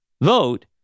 vote